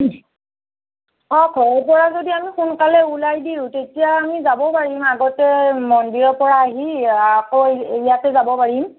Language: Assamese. অঁ ঘৰৰ পৰা যদি আমি সোনকালে উলাই দিওঁ তেতিয়া আমি যাবও পাৰিম আগতে মন্দিৰৰ পৰা আহি আকৌ ইয়াতে যাব পাৰিম